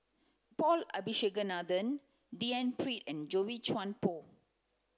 Paul Abisheganaden D N Pritt and Boey Chuan Poh